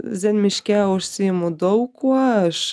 zen miške užsiimu daug kuo aš